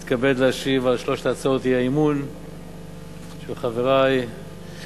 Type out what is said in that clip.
אני מתכבד להשיב על שלוש הצעות האי-אמון של חברי מוחמד ברכה,